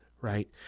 right